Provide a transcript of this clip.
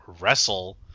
wrestle